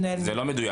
זה לא מדויק.